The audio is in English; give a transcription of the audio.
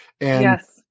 Yes